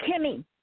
Kimmy